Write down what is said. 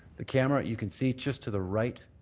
the camera, you can see it just to the right